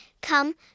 Come